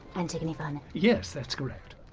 antigone funn? yes, that's correct.